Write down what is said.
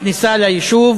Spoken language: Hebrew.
בכניסה ליישוב